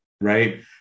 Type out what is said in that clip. right